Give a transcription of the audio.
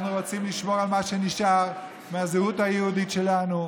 אנחנו רוצים לשמור על מה שנשאר מהזהות היהודית שלנו,